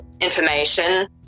information